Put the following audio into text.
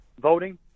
voting